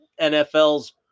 NFL's